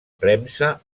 premsa